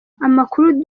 amakuru